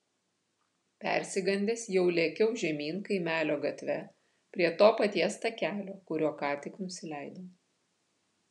persigandęs jau lėkiau žemyn kaimelio gatve prie to paties takelio kuriuo ką tik nusileidau